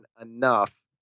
enough